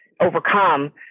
overcome